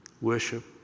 Worship